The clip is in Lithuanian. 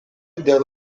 dėl